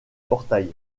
portail